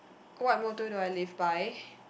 what motto do I live by